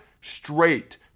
straight